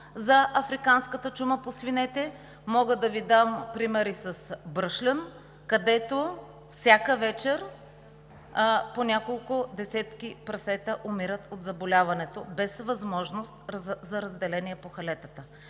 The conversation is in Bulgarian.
за африканската чума по свинете. Мога да Ви дам пример и със село Бръшлен, където всяка вечер по няколко десетки прасета умират от заболяването, без възможност за разделение по халетата.